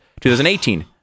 2018